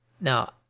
Now